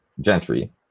gentry